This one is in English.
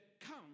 come